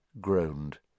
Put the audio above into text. groaned